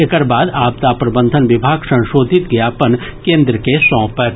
एकर बाद आपदा प्रबंधन विभाग संशोधित ज्ञापन केन्द्र के सौंपत